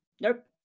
nope